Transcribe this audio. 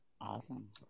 Awesome